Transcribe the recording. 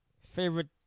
favorite